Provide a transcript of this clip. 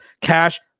cash